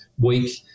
Week